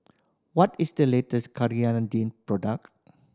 what is the latest product